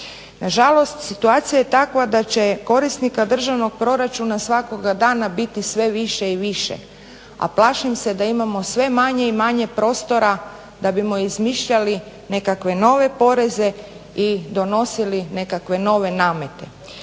Na žalost situacija je takva da će korisnika državnog proračuna svakoga dana biti sve više i više, a plašim se da imamo sve manje i manje prostora da bismo izmišljali nekakve nove poreze i donosili nekakve nove namete.